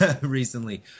recently